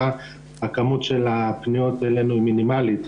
הכמות של הפניות אלינו מהמשטרה היא מינימלית.